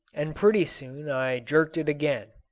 and pretty soon i jerked it again.